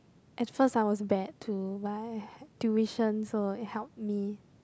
at first I was bad too but I had tuition so it help me